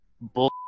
bull****